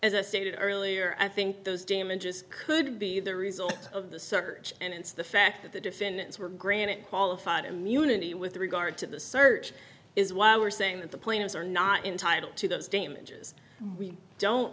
as i stated earlier i think those damages could be the result of the search and it's the fact that the defendants were granted qualified immunity with regard to the search is why we're saying that the plaintiffs are not entitled to those damage is we don't